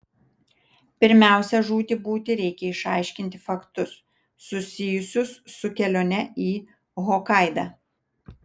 pirmiausia žūti būti reikia išaiškinti faktus susijusius su kelione į hokaidą